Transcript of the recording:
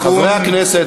חברי הכנסת,